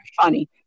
funny